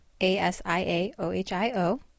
A-S-I-A-O-H-I-O